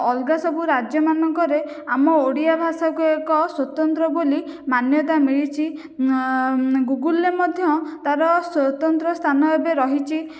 ଅଲଗା ସବୁ ରାଜ୍ୟମାନଙ୍କରେ ଆମ ଓଡ଼ିଆ ଭାଷାକୁ ଏକ ସ୍ୱତନ୍ତ୍ର ବୋଲି ମାନ୍ୟତା ମିଳିଛି ଗୁଗୁଲରେ ମଧ୍ୟ ତାର ସ୍ୱତନ୍ତ୍ର ସ୍ଥାନ ଏବେ ରହିଛି